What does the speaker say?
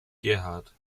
gerhard